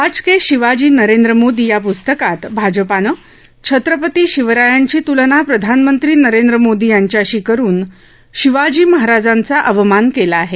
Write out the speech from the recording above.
आजके शिवाजीःनरेंद्र मोदी या प्स्तकात भाजपानं छत्रपती शिवरायांची तुलना प्रधानमंत्री नरेंद्र मोदी यांच्याशी करून शिवाजी महाराजांचा अवमान केला आहे